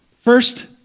First